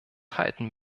halten